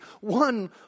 one